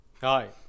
Hi